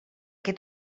que